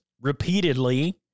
repeatedly